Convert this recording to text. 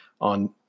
on